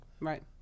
Right